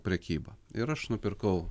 prekyba ir aš nupirkau